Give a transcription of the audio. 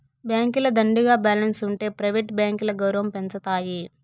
బాంకీల దండిగా బాలెన్స్ ఉంటె ప్రైవేట్ బాంకీల గౌరవం పెంచతాయి